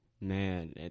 Man